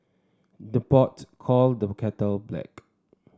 the pot call the kettle black